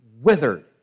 withered